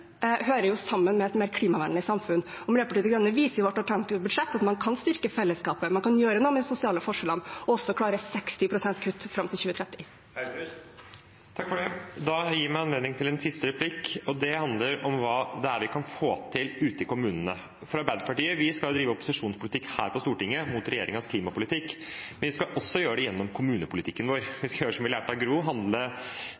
hører sammen med et mer klimavennlig samfunn. Miljøpartiet De Grønne viser i sitt alternative budsjett at man kan styrke fellesskapet, man kan gjøre noe med de sosiale forskjellene og også klare 60 pst. kutt fram til 2030. Da fikk jeg anledning til en siste replikk, og den handler om hva vi kan få til ute i kommunene. Arbeiderpartiet skal drive opposisjonspolitikk her på Stortinget mot regjeringens klimapolitikk, men vi skal også gjøre det gjennom kommunepolitikken vår.